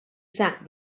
sat